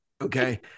okay